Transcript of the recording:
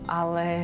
ale